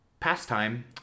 pastime